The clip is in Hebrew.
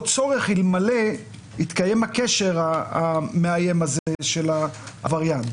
צורך אלמלא התקיים הקשר המאיים של העבריין.